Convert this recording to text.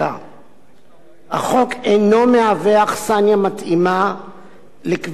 החוק אינו מהווה אכסניה מתאימה לקביעת נורמות מהותיות